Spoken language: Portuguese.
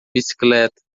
bicicleta